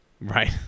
right